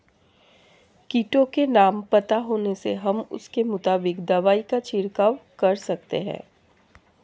कीटों के नाम पता होने से हम उसके मुताबिक दवाई का छिड़काव कर सकते हैं